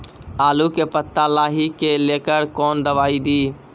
आलू के पत्ता लाही के लेकर कौन दवाई दी?